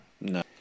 No